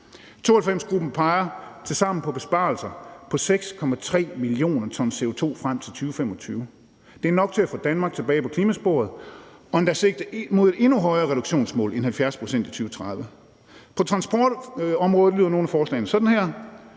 92-Gruppen peger tilsammen på besparelser på 6,3 mio. t CO2 frem til 2025. Det er nok til at få Danmark tilbage på klimasporet og endda sigte mod endnu højere reduktionsmål end 70 pct. i 2030. På transportområdet lyder nogle af forslagene sådan her: